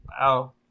Wow